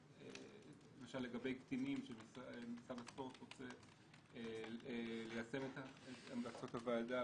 למשל לגבי קטינים שמשרד הספורט רוצה ליישם את החלטות הוועדה